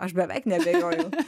aš beveik neabejoju